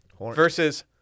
versus